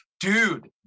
Dude